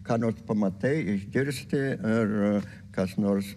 ką nors pamatai išgirsti ar kas nors